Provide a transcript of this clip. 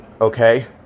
okay